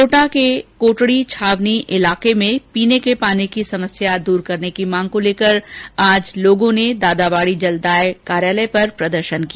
कोटा के कोटडी छावनी इलाके में पीने के पानी की समस्या दूर करने की मांग को लेकर लोगों ने दादाबाडी जलदाय कार्यालय पर प्रदर्शन किया